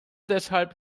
deshalb